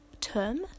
term